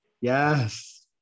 Yes